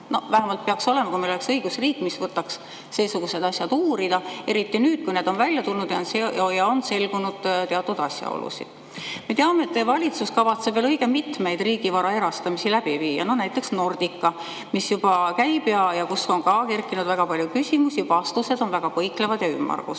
Vähemalt peaks olema, kui meil oleks õigusriik, mis võtaks seesugused asjad uurida, kui need on välja tulnud ja on selgunud teatud asjaolusid. Me teame, et teie valitsus kavatseb veel õige mitmeid riigivara erastamisi läbi viia, näiteks Nordica, mis juba käib ja mille puhul on ka kerkinud väga palju küsimusi, aga vastused on olnud väga põiklevad ja ümmargused.